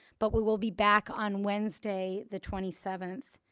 but we will be back on wednesday the twenty seventh.